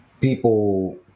people